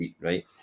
right